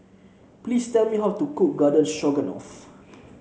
please tell me how to cook Garden Stroganoff